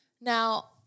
Now